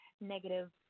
negative